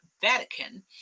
vatican